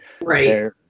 Right